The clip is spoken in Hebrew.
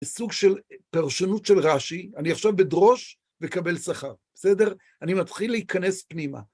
סוג של פרשנות של רש"י, אני עכשיו בדרוש וקבל שכר, בסדר? אני מתחיל להיכנס פנימה.